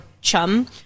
chum